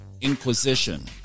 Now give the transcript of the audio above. inquisition